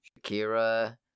Shakira